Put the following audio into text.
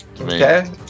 Okay